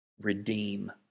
redeem